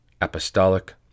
apostolic